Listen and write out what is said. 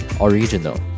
Original